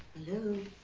you